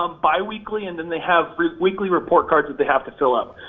um biweekly and then they have weekly report cards that they have to fill out.